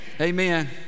Amen